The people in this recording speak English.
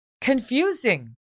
confusing